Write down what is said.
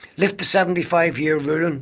lift the seventy five year rule and